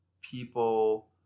people